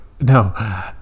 no